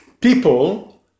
people